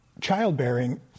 childbearing